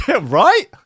Right